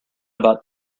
about